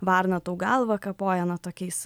varna tau galvą kapoja na tokiais